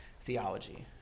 theology